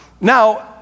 Now